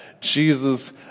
Jesus